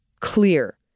clear